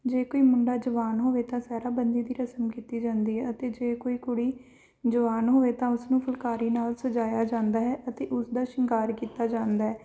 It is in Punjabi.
ਜੇ ਕੋਈ ਮੁੰਡਾ ਜਵਾਨ ਹੋਵੇ ਤਾਂ ਸਹਿਰਾ ਬੰਦੀ ਦੀ ਰਸਮ ਕੀਤੀ ਜਾਂਦੀ ਹੈ ਅਤੇ ਜੇ ਕੋਈ ਕੁੜੀ ਜਵਾਨ ਹੋਵੇ ਤਾਂ ਉਸਨੂੰ ਫੁਲਕਾਰੀ ਨਾਲ ਸਜਾਇਆ ਜਾਂਦਾ ਹੈ ਅਤੇ ਉਸ ਦਾ ਸ਼ਿੰਗਾਰ ਕੀਤਾ ਜਾਂਦਾ ਹੈ